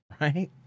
right